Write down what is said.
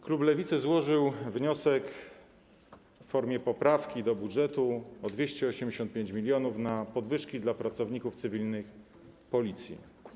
Klub Lewicy złożył wniosek w formie poprawki do budżetu o 285 mln na podwyżki dla pracowników cywilnych Policji.